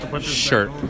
Shirt